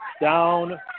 down